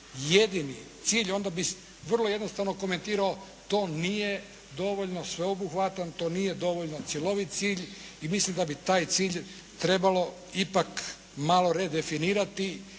jedini cilj onda bih vrlo jednostavno komentirao to nije dovoljno sveobuhvatan, to nije dovoljno cjelovit cilj i mislim da bi taj cilj trebalo ipak malo redefinirati